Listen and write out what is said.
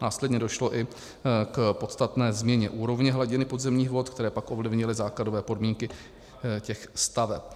Následně došlo i k podstatné změně úrovně hladiny podzemních vod, které pak ovlivnily základové podmínky těch staveb.